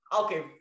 okay